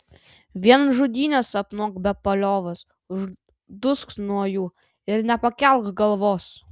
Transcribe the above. vien žudynes sapnuok be paliovos uždusk nuo jų ir nepakelk galvos